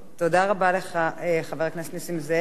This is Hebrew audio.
תודה רבה לך, חבר הכנסת נסים זאב.